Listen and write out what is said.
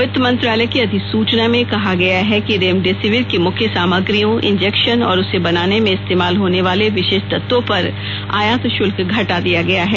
वित्त मंत्रालय की अधिसूचना में कहा गया है कि रेमडेसेविर की मुख्य सामग्रियों इंजेक्शन और उसे बनाने में इस्तेमाल होने वाले विशेष तत्वों पर आयात शुल्क हटा दिया गया है